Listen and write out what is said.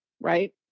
right